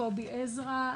קובי עזרא,